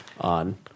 on